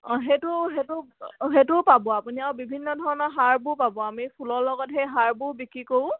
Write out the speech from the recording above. অঁ সেইটো সেইটো সেইটো পাব আপুনি আৰু বিভিন্ন ধৰণৰ সাৰবোৰ পাব আমি ফুলৰ লগত সেই সাৰবোৰ বিক্ৰী কৰোঁ